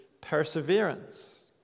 perseverance